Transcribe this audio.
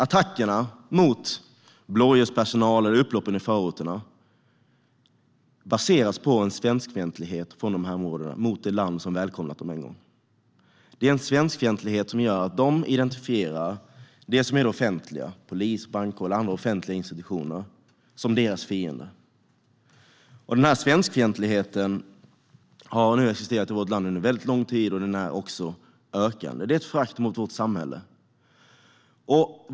Attackerna mot blåljuspersonal och upploppen i förorterna baseras på en svenskfientlighet från människorna i de här områdena - en fientlighet mot det land som en gång välkomnat dem. Det är en svenskfientlighet som gör att de identifierar det offentliga, till exempel polis, brandkår eller andra offentliga institutioner, som sina fiender. Den svenskfientligheten har existerat i vårt land under väldigt lång tid, och den ökar. Det är ett förakt mot vårt samhälle.